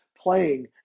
playing